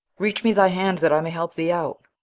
reach me thy hand, that i may help thee out,